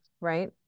Right